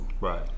Right